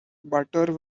butter